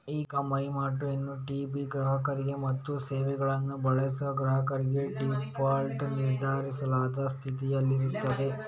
E com ವಹಿವಾಟು NTB ಗ್ರಾಹಕರಿಗೆ ಮತ್ತು ಸೇವೆಗಳನ್ನು ಬಳಸದ ಗ್ರಾಹಕರಿಗೆ ಡೀಫಾಲ್ಟ್ ನಿರ್ಬಂಧಿಸಲಾದ ಸ್ಥಿತಿಯಲ್ಲಿರುತ್ತದೆ